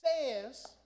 says